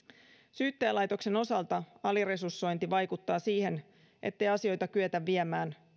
syyttäjälaitoksen osalta aliresursointi vaikuttaa siihen ettei asioita kyetä viemään